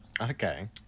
Okay